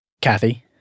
Kathy